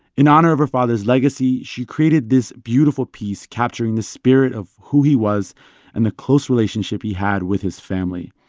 in honor of her father's legacy, she created this beautiful piece capturing the spirit of who he was and the close relationship he had with his family,